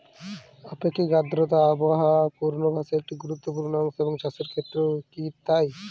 আপেক্ষিক আর্দ্রতা আবহাওয়া পূর্বভাসে একটি গুরুত্বপূর্ণ অংশ এবং চাষের ক্ষেত্রেও কি তাই?